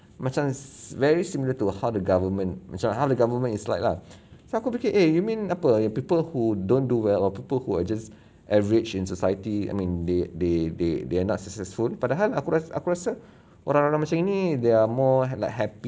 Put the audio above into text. macam very similar to how the government macam how the government is like lah so aku fikir eh you mean apa yang people who don't do well or people who are just average in society I mean they they they they are not successful padahal aku rasa orang-orang macam ini they are more like happy